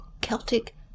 Celtic